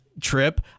trip